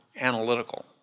analytical